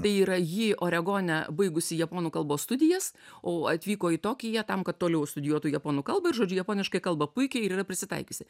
tai yra ji oregone baigusi japonų kalbos studijas o atvyko į tokiją tam kad toliau studijuotų japonų kalbą ir žodžiu japoniškai kalba puikiai ir yra prisitaikiusi